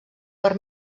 per